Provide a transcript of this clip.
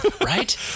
Right